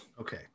Okay